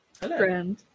Hello